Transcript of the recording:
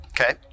Okay